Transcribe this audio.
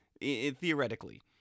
theoretically